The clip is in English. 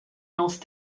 north